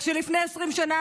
רק שלפני 20 שנה,